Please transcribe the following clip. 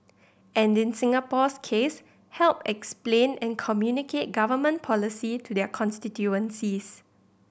and in Singapore's case help explain and communicate Government policy to their constituencies